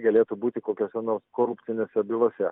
galėtų būti kokiose nors koruptinėse bylose